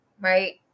right